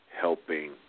helping